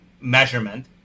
measurement